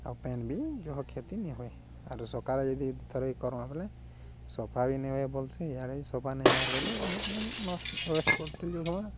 ଆଉ ପେନ୍ ବି ଯହ କ୍ଷତି ନ ହୁଏ ଆରୁ ସକାଳେ ଯଦି ଥରେ କରମା ବଲେ ସଫା ବି ନଇ ହଏ ବୋଲ୍ସି ଇଆଡ଼ ସଫା ନେଇ ହେବାର୍ ବୋଲି ଆମେ ମେନ୍ ନଷ୍ଟ ୱେଷ୍ଟ କରୁଥିଲୁ ଯେଉଁ